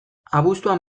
abuztuan